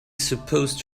supposed